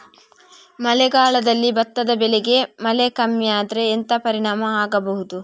ಮಳೆಗಾಲದಲ್ಲಿ ಭತ್ತದ ಬೆಳೆಗೆ ಮಳೆ ಕಮ್ಮಿ ಆದ್ರೆ ಎಂತ ಪರಿಣಾಮ ಆಗಬಹುದು?